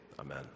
Amen